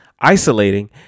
isolating